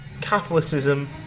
Catholicism